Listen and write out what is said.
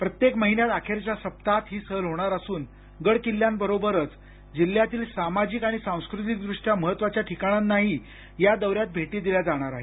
प्रत्येक महिन्यात अखेरच्या सप्ताहात ही सहल होणार असून गड किल्ल्यांबरोबरच जिल्ह्यातील सामाजिक आणि सांस्कृतिक दृष्ट्या महत्वाच्या ठिकाणांनाही या दौऱ्यात भेटी दिल्या जाणार आहेत